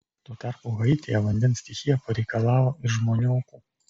tuo tarpu haityje vandens stichija pareikalavo ir žmonių aukų